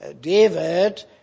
David